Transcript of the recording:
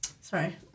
sorry